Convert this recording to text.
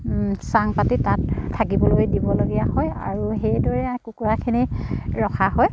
চাং পাতি তাত থাকিবলৈ দিবলগীয়া হয় আৰু সেইদৰে কুকুৰাখিনি ৰখা হয়